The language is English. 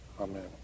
Amen